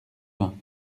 bains